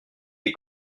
des